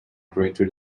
greater